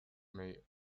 made